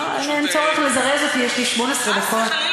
אין צורך לזרז אותי, יש לי 18 דקות.